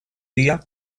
día